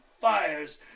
fires